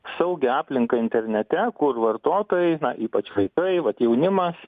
saugią aplinką internete kur vartotojai ypač vaikai vat jaunimas